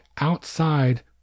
outside